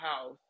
house